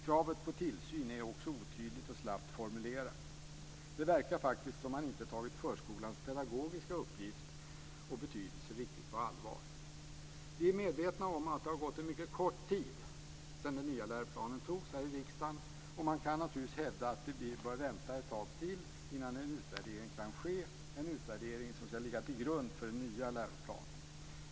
Kravet på tillsyn är också otydligt och slappt formulerat. Det verkar faktiskt som om man inte har tagit förskolans pedagogiska uppgift och betydelse riktigt på allvar. Vi är medvetna om att det har gått en mycket kort tid sedan den nya läroplanen antogs här i riksdagen. Och man kan naturligtvis hävda att vi bör vänta ett tag till innan en utvärdering kan ske, en utvärdering som ska ligga till grund för den nya läroplanen.